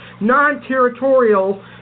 non-territorial